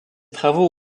travaux